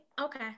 Okay